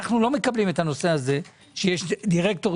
אנחנו לא מקבלים את הנושא הזה שיש דירקטורית